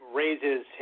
raises